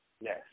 Yes